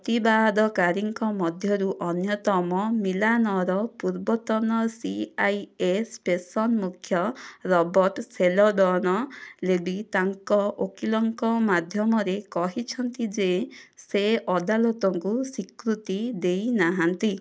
ପ୍ରତିବାଦକାରୀଙ୍କ ମଧ୍ୟରୁ ଅନ୍ୟତମ ମିଲାନର ପୂର୍ବତନ ସି ଆଇ ଏସ୍ ପେସନ୍ ମୁଖ୍ୟ ରବର୍ଟ ସେଲୋଡ଼ନ ଲେବି ତାଙ୍କ ଓକିଲଙ୍କ ମାଧ୍ୟମରେ କହିଛନ୍ତି ଯେ ସେ ଅଦାଲତଙ୍କୁ ସ୍ୱୀକୃତି ଦେଇ ନାହାନ୍ତି